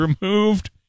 removed